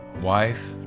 wife